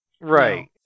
Right